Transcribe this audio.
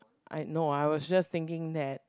I no I was just thinking that